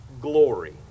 glory